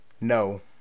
No